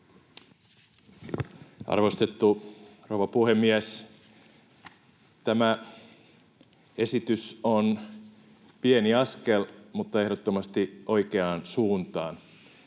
Arvostettu rouva puhemies! Tämä esitys on pieni askel mutta ehdottomasti oikeaan suuntaan.